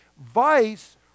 Vice